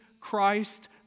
Christ